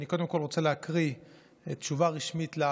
אני קודם כול רוצה להקריא תשובה רשמית על